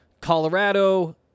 Colorado